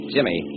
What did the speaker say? Jimmy